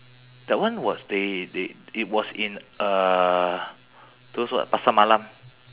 that one was they they it was in uh those what pasar malam